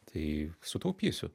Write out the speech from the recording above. tai sutaupysiu